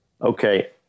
okay